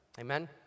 Amen